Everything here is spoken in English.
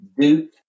Duke